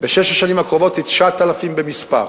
בשש השנים הקרובות, 9,000 במספר.